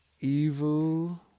Evil